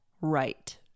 right